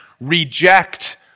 reject